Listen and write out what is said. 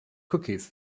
cookies